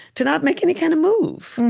to not make any kind of move,